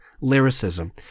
lyricism